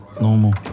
Normal